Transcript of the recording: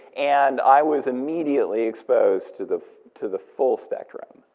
and i was immediately exposed to the to the full spectrum.